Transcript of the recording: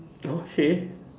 okay